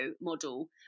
model